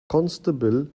constable